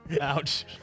ouch